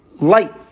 light